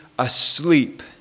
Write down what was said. asleep